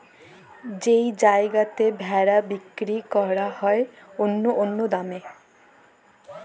যেই জায়গাতে ভেড়া বিক্কিরি ক্যরা হ্যয় অল্য অল্য দামে